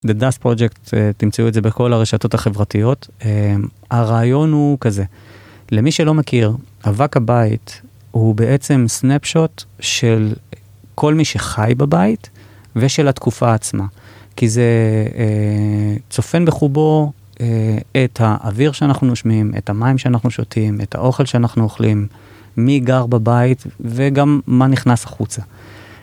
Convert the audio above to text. לדס פרויקט, תמצאו את זה בכל הרשתות החברתיות. הרעיון הוא כזה, למי שלא מכיר, אבק הבית הוא בעצם סנאפ שוט של כל מי שחי בבית ושל התקופה עצמה. כי זה צופן בחובו את האוויר שאנחנו נושמים, את המים שאנחנו שותים, את האוכל שאנחנו אוכלים, מי גר בבית וגם מה נכנס החוצה.